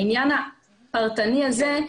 לעניין הפרטני הזה,